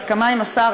בהסכמה עם השר,